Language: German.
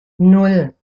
nan